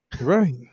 Right